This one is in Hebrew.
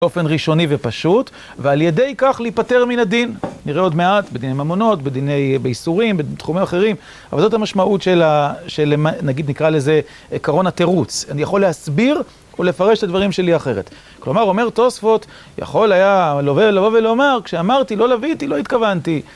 באופן ראשוני ופשוט, ועל ידי כך להיפטר מן הדין, נראה עוד מעט בדיני ממונות, בדיני.. באיסורים, בתחומים אחרים, אבל זאת המשמעות של ה .., נגיד נקרא לזה, עיקרון התירוץ. אני יכול להסביר או לפרש את הדברים שלי אחרת. כלומר, אומר תוספות יכול היה הלווה לבוא ולומר, כשאמרתי לא לוויתי, לא התכוונתי.